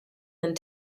and